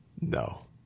No